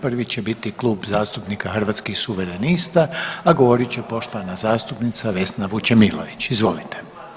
Prvi će biti Klub zastupnika Hrvatskih suverenista, a govorit će poštovana zastupnica Vesna Vučemilović, izvolite.